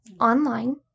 online